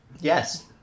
Yes